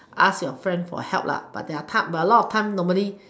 ask your friend for help lah but there are time but a lot of time normally